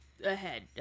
Ahead